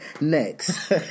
Next